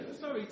Sorry